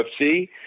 UFC